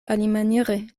alimaniere